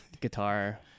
guitar